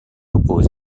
oppose